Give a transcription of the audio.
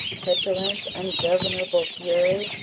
petulance, ungovernable fury,